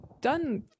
done